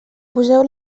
poseu